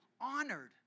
honored